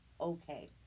okay